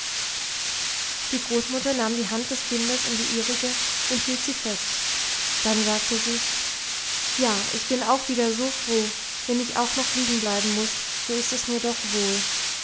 die großmutter nahm die hand des kindes in die ihrige und hielt sie fest dann sagte sie ja ich bin auch wieder so froh wenn ich auch noch liegen bleiben muß so ist es mir doch wohl